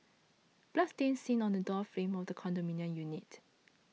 blood stain seen on the door frame of the condominium unit